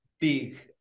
big